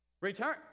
return